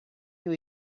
you